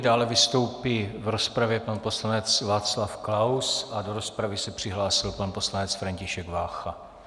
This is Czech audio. Dále vystoupí v rozpravě pan poslanec Václav Klaus a do rozpravy se přihlásil pan poslanec František Vácha.